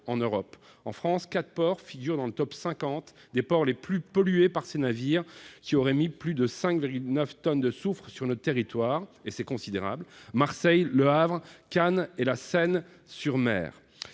en Europe. En France, quatre ports figurent dans le top 50 des ports les plus pollués par ces navires qui auraient émis plus de 5,9 tonnes de soufre sur notre territoire : Marseille, Le Havre, Cannes et La Seyne-sur-Mer.